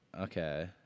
Okay